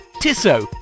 Tissot